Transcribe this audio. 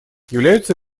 являются